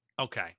Okay